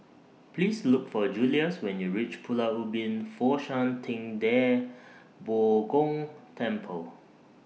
Please Look For Julius when YOU REACH Pulau Ubin Fo Shan Ting DA Bo Gong Temple